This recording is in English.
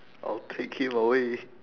I'll take him away